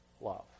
love